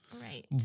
right